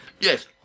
Yes